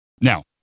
Now